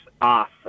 off